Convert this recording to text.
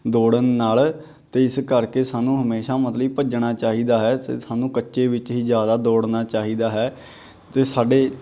ਦੌੜਨ ਨਾਲ ਅਤੇ ਇਸ ਕਰਕੇ ਸਾਨੂੰ ਹਮੇਸ਼ਾਂ ਮਤਲਬ ਵੀ ਭੱਜਣਾ ਚਾਹੀਦਾ ਹੈ ਸਾਨੂੰ ਕੱਚੇ ਵਿੱਚ ਹੀ ਜ਼ਿਆਦਾ ਦੌੜਨਾ ਚਾਹੀਦਾ ਹੈ ਅਤੇ ਸਾਡੇ